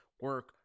Work